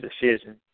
decision